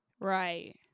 Right